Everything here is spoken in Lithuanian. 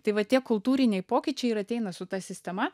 tai va tie kultūriniai pokyčiai ir ateina su ta sistema